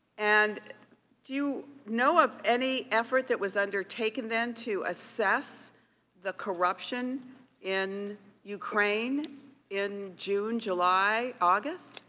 and do you know of any effort that was undertaken then to assess the corruption in ukraine in june, july, august?